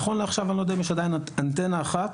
נכון לעכשיו אני לא יודע אם יש עדיין אנטנה אחת